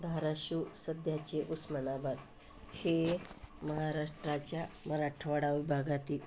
धाराशिव सध्याचे उस्मानाबाद हे महाराष्ट्राच्या मराठवाडा विभगातील